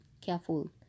careful